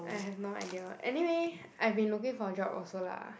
I have no idea what anyway I have been looking for a job also lah